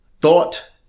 thought